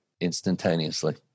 instantaneously